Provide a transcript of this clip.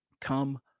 come